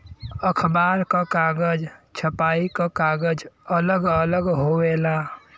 अखबार क कागज, छपाई क कागज अलग अलग होवेला